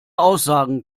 aussagen